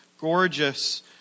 gorgeous